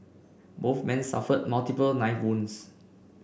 both men suffered multiple knife wounds